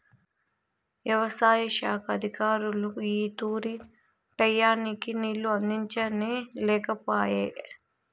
యవసాయ శాఖ అధికారులు ఈ తూరి టైయ్యానికి నీళ్ళు అందించనే లేకపాయె